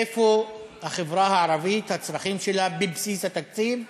איפה החברה הערבית, הצרכים שלה, בבסיס התקציב?